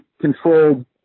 controlled